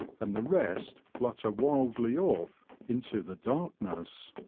and the rest flutter wildly off into the darkness.